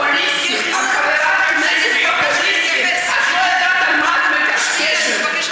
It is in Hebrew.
שאת כחברת כנסת לא מתעניינת מה קורה שם.